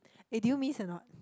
eh do you miss or not